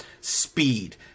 speed